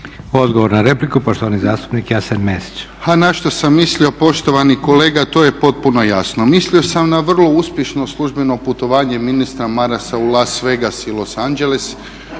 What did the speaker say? Odgovor na repliku poštovani zastupnik Jasen Mesić.